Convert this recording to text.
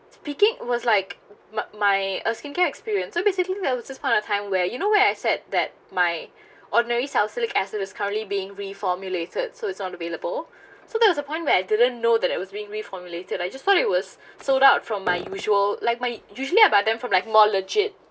speaking was like my my uh skincare experience so basically there was this point of time where you know where I said that my ordinary cellnique as it is currently being reformulated so it's all available so there was a point where I didn't know that it was being reformulated I just thought it was sold out from my usual like my usually I buy them from like more legit